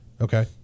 Okay